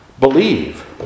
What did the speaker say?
believe